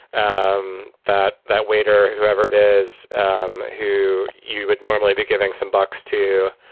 um that that waiter, whoever it is, um who you would normally be giving some bucks to.